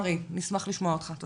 היום, 15 בנובמבר, י"א בכסלו התשפ"ב.